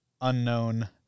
Unknown